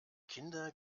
kinder